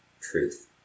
truth